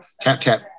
Tap-tap